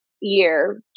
year